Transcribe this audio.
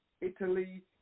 Italy